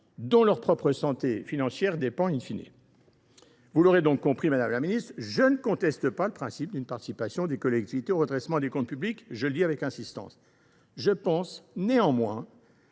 dont dépend,, ladite santé. Vous l’aurez compris, madame la ministre, je ne conteste pas le principe d’une participation des collectivités au redressement des comptes publics – je le dis avec insistance. Je pense néanmoins